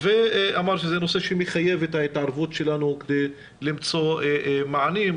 ואמר שזה נושא שמחייב את ההתערבות שלנו כדי למצוא מענים,